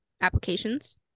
applications